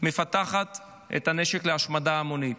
מפתחת נשק להשמדה המונית.